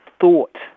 thought